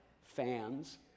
fans